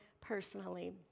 personally